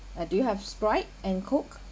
uh do you have sprite and coke